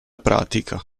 pratica